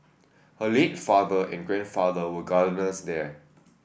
her late father and grandfather were gardeners there